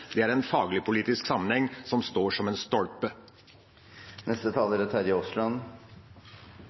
Det er en faglig-politisk sammenheng som står som en stolpe.